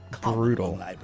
Brutal